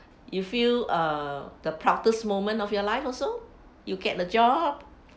you feel err the proudest moment of your life also you get a job